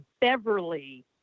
Beverly